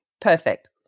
Perfect